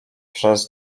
przez